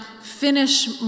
finish